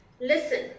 Listen